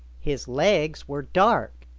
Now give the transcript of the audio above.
his legs were dark,